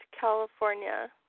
California